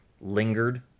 lingered